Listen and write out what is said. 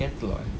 Decathlon